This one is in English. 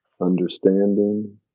understanding